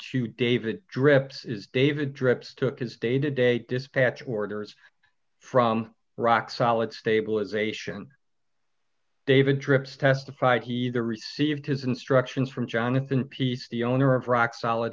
to david drips is david drips took his day to day dispatch orders from rock solid stabilization david trips testified he either received his instructions from jonathan pease the owner of rock solid